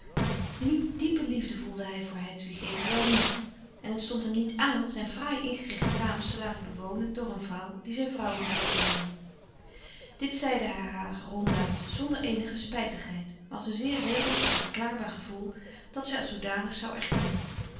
diepe liefde voelde hij voor hedwig evenwel niet en het stond hem niet ààn zijn fraai ingerichte kamers te laten bewonen door een vrouw die zijn vrouw niet wilde zijn dit zeide hij haar ronduit zonder eenige spijtigheid maar als een zeer redelijk en verklaarbaar gevoel dat frederik van eeden van de koele meren des doods zij als zoodanig zou erkennen